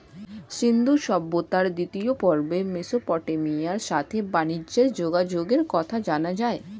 সিন্ধু সভ্যতার দ্বিতীয় পর্বে মেসোপটেমিয়ার সাথে বানিজ্যে যোগাযোগের কথা জানা যায়